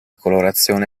colorazione